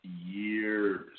years